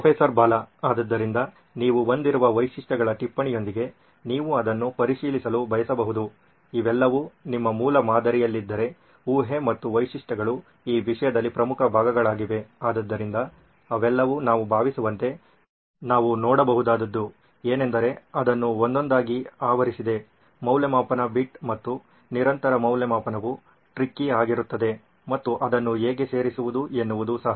professor Bala ಆದ್ದರಿಂದ ನೀವು ಹೊಂದಿರುವ ವೈಶಿಷ್ಟ್ಯಗಳ ಪಟ್ಟಿಯೊಂದಿಗೆ ನೀವು ಅದನ್ನು ಪರಿಶೀಲಿಸಲು ಬಯಸಬಹುದು ಇವೆಲ್ಲವೂ ನಿಮ್ಮ ಮೂಲಮಾದರಿಯಲ್ಲಿದ್ದರೆ ಊಹೆ ಮತ್ತು ವೈಶಿಷ್ಟ್ಯಗಳು ಈ ವಿಷಯದಲ್ಲಿ ಪ್ರಮುಖ ಭಾಗಗಳಾಗಿವೆ ಆದ್ದರಿಂದ ಅವೆಲ್ಲವೂ ನಾವು ಭಾವಿಸುವಂತೆ ನಾವು ನೋಡಬಹುದಾದ್ದು ಎನೆಂದರೆ ಅದನ್ನು ಒಂದೊಂದಾಗಿ ಆವರಿಸಿದೆ ಮೌಲ್ಯಮಾಪನ ಬಿಟ್ ಮತ್ತು ನಿರಂತರ ಮೌಲ್ಯಮಾಪನವು ಟ್ರಿಕಿ ಆಗಿರುತ್ತದೆ ಮತ್ತು ಅದನ್ನು ಹೇಗೆ ಸೇರಿಸುವುದು ಎನ್ನುವುದು ಸಹ